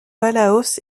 palaos